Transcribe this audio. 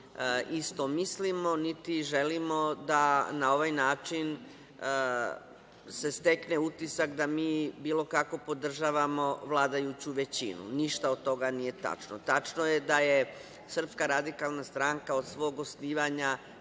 isto mislimo, niti želimo da se na ovaj način stekne utisak da mi bilo kako podržavamo vladajuću većinu. Ništa od toga nije tačno. Tačno je da je SRS od svog osnivanja